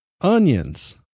onions